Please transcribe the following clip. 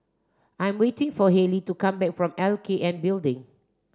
I am waiting for Hailee to come back from L K N Building